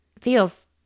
feels